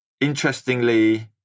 Interestingly